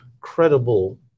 credible